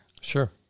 Sure